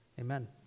Amen